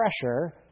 pressure